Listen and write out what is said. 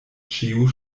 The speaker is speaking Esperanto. ĉiu